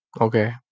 Okay